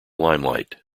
limelight